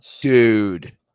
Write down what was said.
Dude